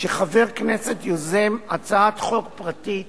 שחבר כנסת יוזם הצעת חוק פרטית